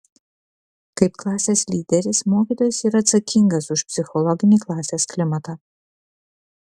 kaip klasės lyderis mokytojas yra atsakingas už psichologinį klasės klimatą